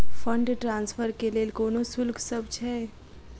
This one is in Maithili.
फंड ट्रान्सफर केँ लेल कोनो शुल्कसभ छै?